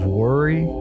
worry